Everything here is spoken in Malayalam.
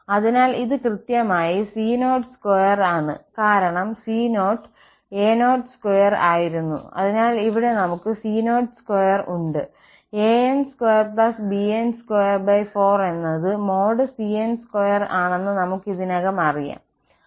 അതിനാൽ ഇത് കൃത്യമായി c02 ആണ് കാരണം c0 a02 ആയിരുന്നു അതിനാൽ ഇവിടെ നമുക്ക് c02 ഉണ്ട് an2 bn24 എന്നത് |cn|2 ആണെന്ന് നമുക്ക് ഇതിനകം അറിയാം